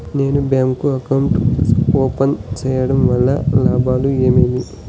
నేను bank account open సేయడం వల్ల లాభాలు ఏమేమి?